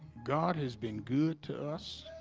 god has been good to us